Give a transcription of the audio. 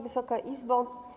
Wysoka Izbo!